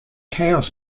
chaos